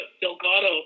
Delgado